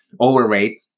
overweight